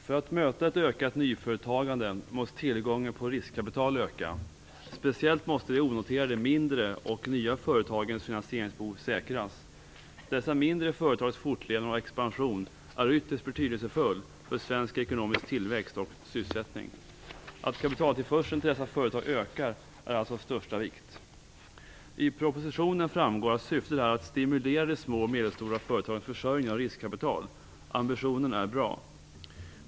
Fru talman! För att möta ett ökat nyföretagande måste tillgången på riskkapital öka. Speciellt måste de onoterade, mindre och nya företagens finansieringsbehov säkras. Dessa mindre företags fortlevnad och expansion är ytterst betydelsefulla för svensk ekonomisk tillväxt och sysselsättning. Att kapitaltillförseln till dessa företag ökar är alltså av största vikt. I propositionen framgår att syftet är att "stimulera de små och medelstora företagens försörjning av riskkapital". Ambitionen är bra.